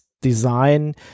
design